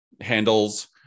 handles